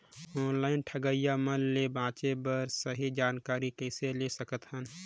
Online ठगईया मन ले बांचें बर सही जानकारी कइसे ले सकत हन?